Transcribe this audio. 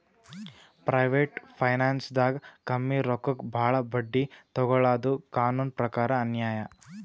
private ಫೈನಾನ್ಸ್ದಾಗ್ ಕಮ್ಮಿ ರೊಕ್ಕಕ್ ಭಾಳ್ ಬಡ್ಡಿ ತೊಗೋಳಾದು ಕಾನೂನ್ ಪ್ರಕಾರ್ ಅನ್ಯಾಯ್